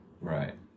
Right